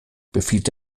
befiehlt